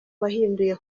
wahinduye